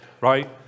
right